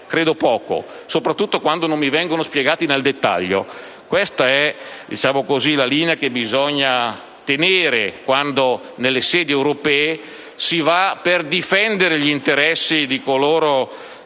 credo poco, soprattutto quando non mi vengono spiegati nel dettaglio. Questa è dunque la linea che bisogna tenere quando nelle sedi europee si vanno a difendere gli interessi di coloro